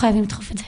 חייבים לדחוף את זה.